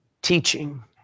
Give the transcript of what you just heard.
Teaching